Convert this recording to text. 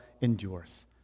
endures